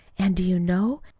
and, do you know?